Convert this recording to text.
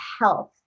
health